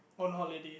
on holidays